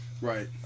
Right